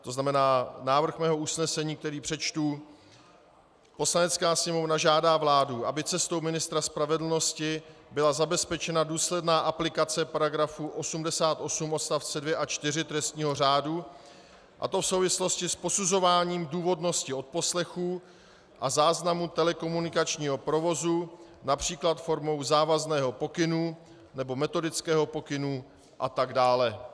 To znamená, návrh mého usnesení, který přečtu: Poslanecká sněmovna žádá vládu, aby cestou ministra spravedlnosti byla zabezpečena důsledná aplikace § 88 odst. 2 a 4 trestního řádu, a to v souvislosti s posuzováním důvodnosti odposlechů a záznamů telekomunikačního provozu například formou závazného pokynu nebo metodického pokynu atd.